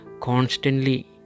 constantly